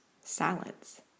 salads